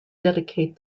dedicate